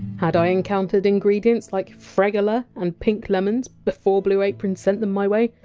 had i encountered ingredients like fregola and pink lemons before blue apron sent them my way?